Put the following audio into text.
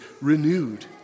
renewed